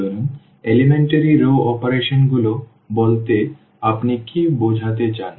সুতরাং এলিমেন্টারি রও অপারেশনগুলো বলতে আপনি কী বোঝাতে চান